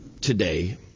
today